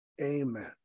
amen